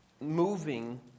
moving